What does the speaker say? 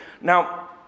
Now